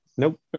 Nope